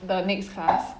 the next class